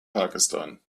pakistan